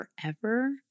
forever